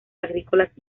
agrícolas